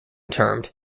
termed